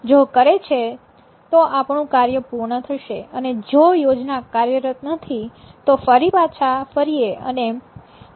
જો કરે છે તો આપણું કાર્ય પૂર્ણ થશે અને જો યોજના કાર્યરત નથી તો ફરી પાછા ફરીએ અને આપણે નવી યોજના બનાવીએ છીએ